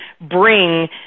bring